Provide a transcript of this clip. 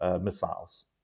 missiles